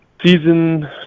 season